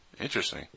Interesting